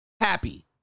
happy